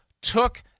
took